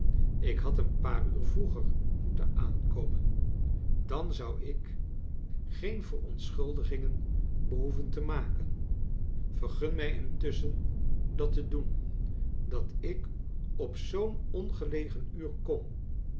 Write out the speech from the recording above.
ik had een paar uur vroeger moeten aankomen dan zou ik geen verontschuldigingen behoeven te maken vergun mij intusschen dat te doen dat ik op zoo'n ongelegen uur kom